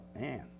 man